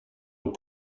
else